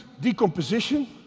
decomposition